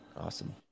Awesome